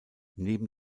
neben